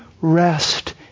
rest